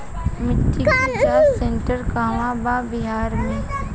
मिटी के जाच सेन्टर कहवा बा बिहार में?